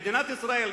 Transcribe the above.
מדינת ישראל,